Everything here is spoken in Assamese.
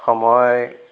সময়